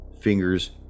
fingers